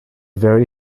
very